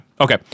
Okay